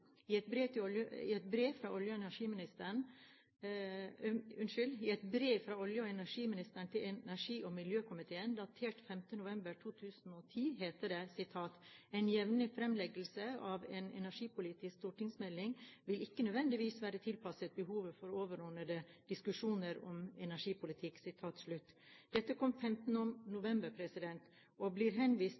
I et brev fra olje- og energiministeren til energi- og miljøkomiteen, datert 5. november 2010, heter det: «En jevnlig fremleggelse av en energipolitisk stortingsmelding vil ikke nødvendigvis være tilpasset behovet for overordnede diskusjoner om energipolitikk.» Dette kom 5. november og blir henvist